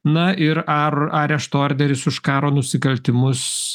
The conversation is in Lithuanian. na ir ar arešto orderis už karo nusikaltimus